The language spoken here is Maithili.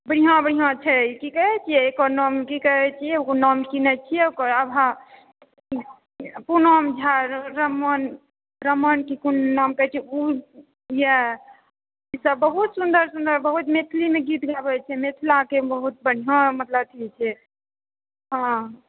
बढ़िआँ बढ़िआँ छै की कहैत छियै एकर नाम की कहैत छियै ओ नाम की नहि छियै ओकर आभा पूनम झा रमण रमण कि कोन नाम कहैत छियै ओ इएह ईसभ बहुत सुन्दर सुन्दर बहुत मैथिलीमे गीत गाबैत छै मिथिलाके बहुत बढ़िआँ मतलब अथी छै हँ हँ